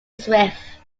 swift